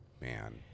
man